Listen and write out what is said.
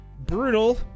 brutal